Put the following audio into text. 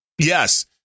Yes